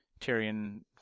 Tyrion